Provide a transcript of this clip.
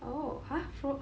oh !huh! food